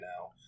now